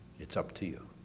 it's up to you.